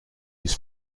his